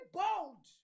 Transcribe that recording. bold